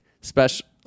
special